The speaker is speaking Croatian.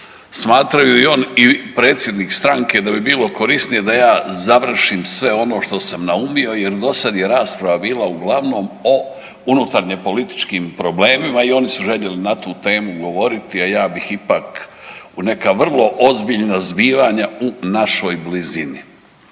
smatraju i on i predsjednik stranke da bi bilo korisnije da ja završim sve ono što sam naumio jer dosad je rasprava bila uglavnom o unutarnjepolitičkim problemima i oni su željeli na tu temu govoriti, a ja bih ipak u neka vrlo ozbiljna zbivanja u našoj blizini.